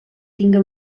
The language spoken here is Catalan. tinga